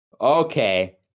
Okay